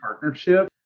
partnership